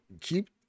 keep